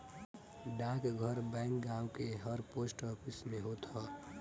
डाकघर बैंक गांव के हर पोस्ट ऑफिस में होत हअ